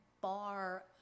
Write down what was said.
bar